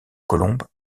colombes